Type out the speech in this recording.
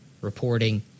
reporting